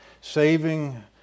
saving